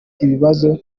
ibibazo